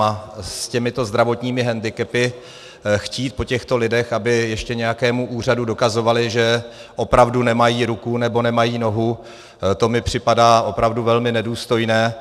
A s těmito zdravotními hendikepy chtít po těchto lidech, aby ještě nějakému úřadu dokazovali, že opravdu nemají ruku nebo nemají nohu, to mi připadá opravdu velmi nedůstojné.